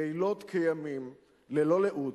לילות כימים, ללא לאות,